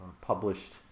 published